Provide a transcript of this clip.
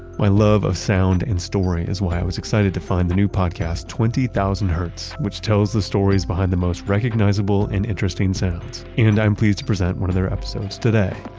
my love of sound and story is why i was excited to find the new podcast twenty thousand hertz which tells the stories behind the most recognizable and interesting sounds. and i'm pleased to present one of their episodes today.